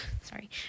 sorry